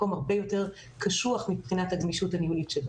מקום הרבה יותר קשוח מבחינת הגמישות הניהולית.